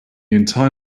entire